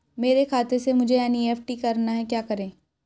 मेरे खाते से मुझे एन.ई.एफ.टी करना है क्या करें?